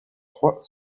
trois